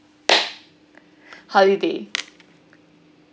holiday